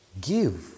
Give